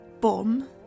bomb